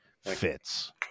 fits